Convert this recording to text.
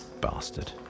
bastard